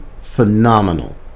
phenomenal